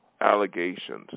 allegations